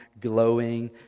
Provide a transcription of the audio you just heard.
glowing